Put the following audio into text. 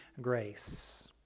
grace